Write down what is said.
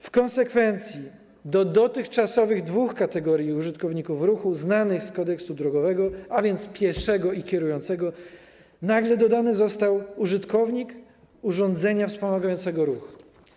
W konsekwencji do dotychczasowych dwóch kategorii uczestników ruchu znanych z kodeksu drogowego, a więc pieszego i kierującego, nagle dodany został użytkownik urządzenia wspomagającego ruch.